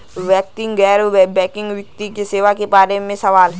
वैकल्पिक गैर बैकिंग वित्तीय सेवा के बार में सवाल?